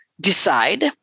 decide